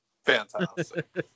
Fantastic